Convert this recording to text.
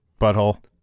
Butthole